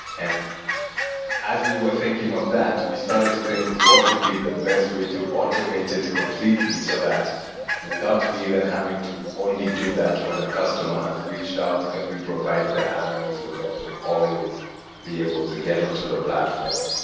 and as we were thinking of that, we started to think of what would be the best way to automate it completely so that without me, then, having to only do that when a customer has reached out, can we provide the avenue for them to always be able to get on to the platform?